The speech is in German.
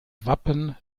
wappen